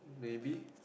maybe